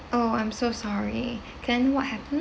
oh I'm so sorry can what happened